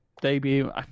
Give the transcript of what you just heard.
debut